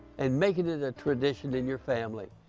and making it a tradition in your family.